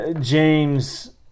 James